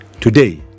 today